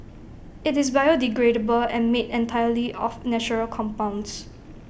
IT is biodegradable and made entirely of natural compounds